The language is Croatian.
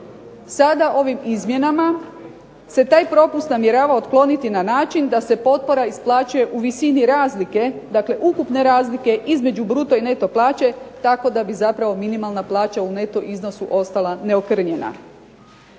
Sada, ovim izmjenama, se taj propust namjerava otkloniti na način da se potpora iz plaće u visini razlike, dakle ukupne razlike između bruto i neto plaće tako da bi zapravo minimalna plaća u neto iznosu ostala neokrnjena.